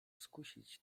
skusić